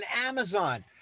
Amazon